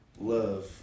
love